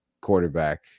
quarterback